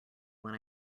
when